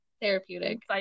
therapeutic